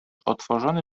otworzony